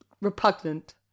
repugnant